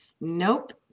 Nope